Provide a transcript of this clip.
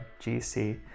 GC